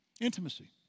Intimacy